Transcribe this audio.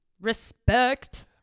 Respect